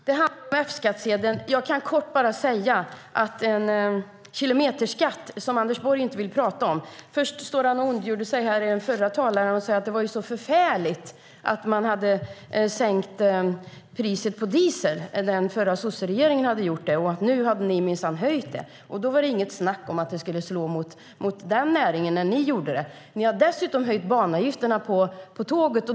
Fru talman! Den handlar om F-skattsedeln, men jag vill kort bara säga något om den kilometerskatt som Anders Borg inte vill prata om. Först stod han och ondgjorde sig här i det förra inlägget och sade att det var så förfärligt att den förra sosseregeringen hade sänkt priset på diesel och att nu hade man minsann höjt det. När ni gjorde det var det inget snack om att det skulle slå mot näringen. Ni har dessutom höjt banavgifterna på tåget.